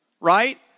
Right